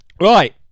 right